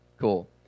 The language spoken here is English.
Cool